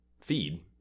feed